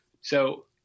So-